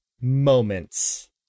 moments